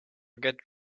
get